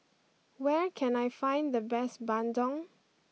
where can I find the best Bandung